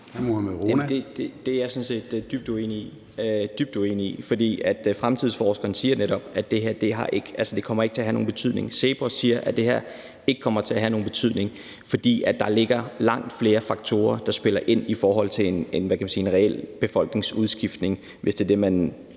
sådan set dybt uenig i, for fremtidsforskerne siger netop, at det her ikke kommer til at have nogen betydning. CEPOS siger, at det her ikke kommer til at have nogen betydning, fordi der er langt flere faktorer, der spiller ind i forhold til en reel befolkningsudskiftning. Det er i hvert